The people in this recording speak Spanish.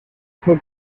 fue